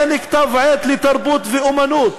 אין כתב-עת לתרבות ואמנות,